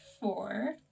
four